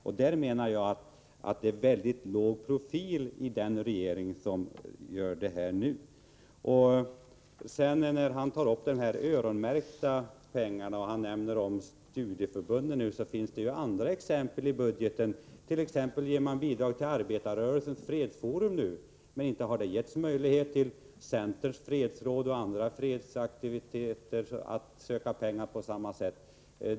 Jag menar att den nuvarande regeringen i det avseendet visar en väldigt låg profil. Civilministern talar om öronmärkta pengar. Han nämner studieförbunden. Men det finns också annat att ta fasta på i budgeten. Man ger t.ex. bidrag till arbetarrörelsens fredsforum. Men centerns fredsråd och andra fredsaktiviteter har inte beretts möjligheter att ansöka om pengar.